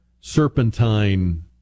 serpentine